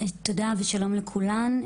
תודה ושלום לכולן.